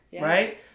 Right